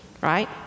right